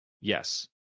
yes